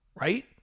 right